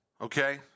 okay